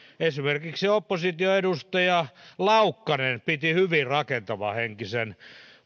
esimerkiksi opposition edustaja laukkanen piti hyvin rakentavahenkisen